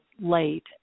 late